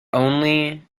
only